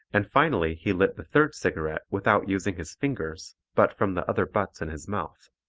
and finally he lit the third cigarette without using his fingers but from the other butts in his mouth.